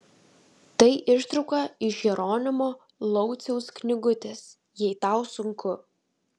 tai ištrauka iš jeronimo lauciaus knygutės jei tau sunku